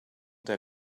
der